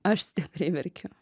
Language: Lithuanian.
aš stipriai verkiu